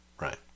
Right